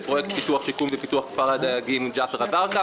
לפרויקט פיתוח ושיקום כפר הדייגים ג'סר א-זרקא,